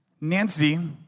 Nancy